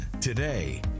today